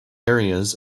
areas